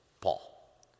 Paul